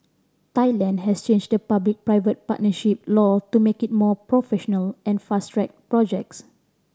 Thailand has changed the public private partnership law to make it more professional and fast track projects